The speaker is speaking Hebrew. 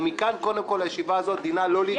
ומכאן, קודם כול, הישיבה הזאת דינה לא להתקיים.